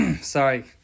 sorry